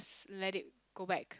let it go back